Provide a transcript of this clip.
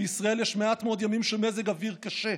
בישראל יש מעט מאוד ימים של מזג אוויר קשה.